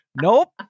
Nope